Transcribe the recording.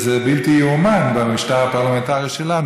זה בלתי ייאמן שבמשטר הפרלמנטרי שלנו